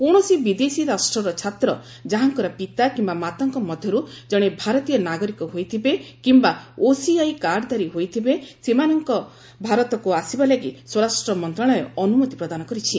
କୌଣସି ବିଦେଶୀ ରାଷ୍ଟର ଛାତ୍ର ଯାହାଙ୍କର ପିତା କିମ୍ବା ମାତାଙ୍କ ମଧ୍ୟରୁ ଜଣେ ଭାରତୀୟ ନାଗରିକ ହୋଇଥିବେ କିମ୍ବା ଓସିଆଇ କାର୍ଡଧାରୀ ହୋଇଥିବେ ସେମାନଙ୍କ ଭାରତକୁ ଆସିବାଲାଗି ସ୍ୱରାଷ୍ଟ୍ର ମନ୍ତ୍ରଣାଳୟ ଅନୁମତି ପ୍ରଦାନ କରିଛି